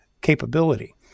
capability